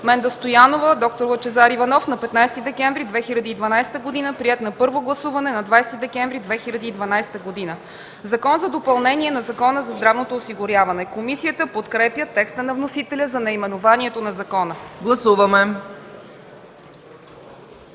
Менда Стоянова и д-р Лъчезар Иванов на 15 декември 2012 г., приет на първо гласуване на 20 декември 2012 г. „Закон за допълнение на Закона за здравното осигуряване”.” Комисията подкрепя текста на вносителя за наименованието на закона.